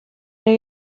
new